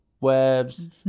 webs